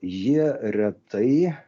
jie retai